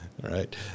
right